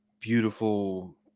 beautiful